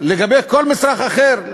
לגבי כל מצרך אחר,